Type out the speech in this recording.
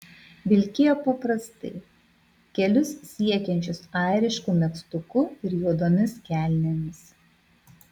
vilkėjo paprastai kelius siekiančiu airišku megztuku ir juodomis kelnėmis